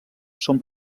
són